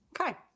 Okay